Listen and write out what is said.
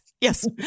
yes